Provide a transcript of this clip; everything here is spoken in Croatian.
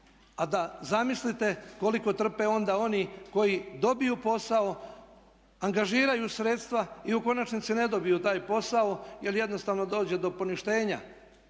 A zamislite koliko trpe onda oni koji dobiju posao, angažiraju sredstva i u konačnici ne dobiju taj posao jer jednostavno dođe do poništenja